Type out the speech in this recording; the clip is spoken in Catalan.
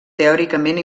teòricament